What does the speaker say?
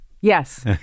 Yes